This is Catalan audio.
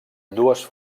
dues